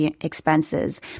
expenses